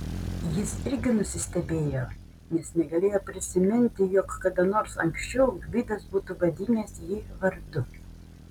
jis irgi nusistebėjo nes negalėjo prisiminti jog kada nors anksčiau gvidas būtų vadinęs jį vardu